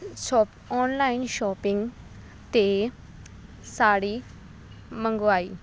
shop online shopping 'ਤੇ ਸਾੜੀ ਮੰਗਵਾਈ